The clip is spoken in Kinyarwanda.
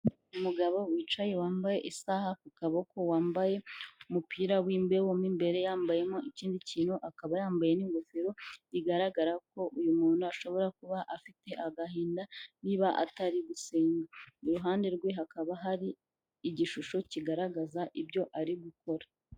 Umugabo wicaye wambaye isaha ku kaboko wambaye umupira w'imbeho mu imbere yambayemo ikindi kintu, akaba yambaye n'ingofero bigaragara ko uyu muntu ashobora kuba afite agahinda niba atari gusa, i ruhande rwe hakaba hari igishusho kigaragaza ibyo ari gukora.